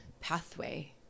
pathway